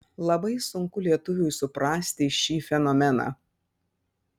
labai sunku lietuviui suprasti šį fenomeną